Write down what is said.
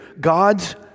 God's